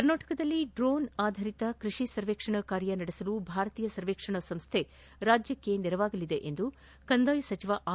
ಕರ್ನಾಟಕದಲ್ಲಿ ಡ್ರೋಣ್ ಆಧರಿತ ಕೃಷಿ ಸರ್ವೇಕ್ಷಣಾ ಕಾರ್ಯ ನಡೆಸಲು ಭಾರತೀಯ ಸರ್ವೇಕ್ಷಣಾ ಸಂಸ್ಹೆ ರಾಜ್ಲಕ್ಷೆ ನೆರವಾಗಲಿದೆ ಎಂದು ಕಂದಾಯ ಸಚಿವ ಆರ್